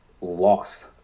lost